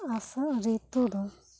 ᱟᱥᱚᱜ ᱨᱤᱛᱩ ᱫᱚ